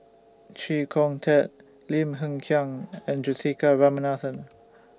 Chee Kong Tet Lim Hng Kiang and Juthika Ramanathan